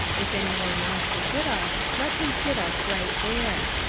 if any one wants to hit us, let him hit us right there.